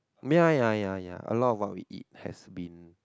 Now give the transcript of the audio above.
ya ya ya ya a lot about we eat has been